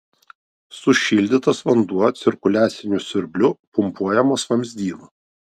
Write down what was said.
sušildytas vanduo cirkuliaciniu siurbliu pumpuojamas vamzdynu